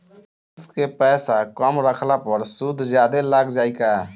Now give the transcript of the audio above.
किश्त के पैसा कम रखला पर सूद जादे लाग जायी का?